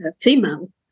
female